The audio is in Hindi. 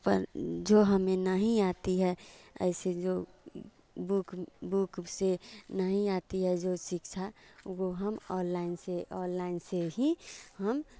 पर जो हमें नहीं आती है ऐसे जो बुक बुक से नहीं आती है जो शिक्षा वो हम अललाइन से अललाइन से ही हम